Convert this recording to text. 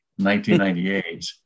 1998